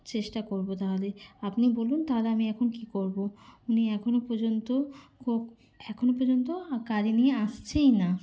চেষ্টা করবো তাহলে আপনি বলুন তাহলে আমি এখন কী করবো উনি এখনও পর্যন্ত ক এখনও পর্যন্ত গাড়ি নিয়ে আসছেই না